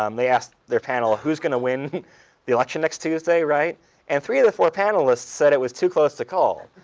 um they asked their panel, who's going to win the election next tuesday? and three of the four panelists said it was too close to call.